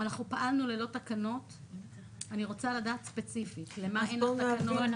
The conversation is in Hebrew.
אנחנו פעלנו ללא תקנות אני רוצה לדעת ספציפית למה אין תקנות,